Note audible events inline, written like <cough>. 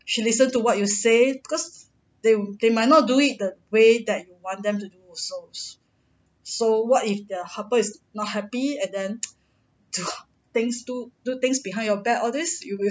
she listen to what you say cause they they might not do it the way that want them to do also so what if the helper is not happy and then <noise> do things do do things behind your back all this you'll